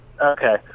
Okay